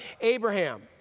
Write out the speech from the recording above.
Abraham